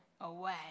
away